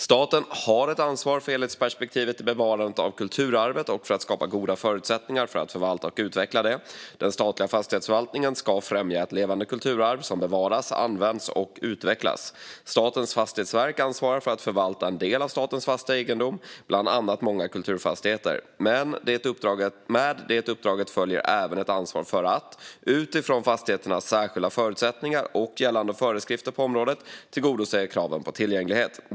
Staten har ett ansvar för helhetsperspektivet i bevarandet av kulturarvet och för att skapa goda förutsättningar för att förvalta och utveckla det. Den statliga fastighetsförvaltningen ska främja ett levande kulturarv som bevaras, används och utvecklas. Statens fastighetsverk ansvarar för att förvalta en del av statens fasta egendom, bland annat många kulturfastigheter. Med det uppdraget följer även ett ansvar för att, utifrån fastigheternas särskilda förutsättningar och gällande föreskrifter på området, tillgodose kraven på tillgänglighet.